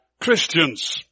Christians